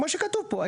כמו שכתוב פה,